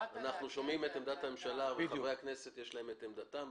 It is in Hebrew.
אנחנו שומעים את עמדת הממשלה וחברי הכנסת יש להם את עמדתם.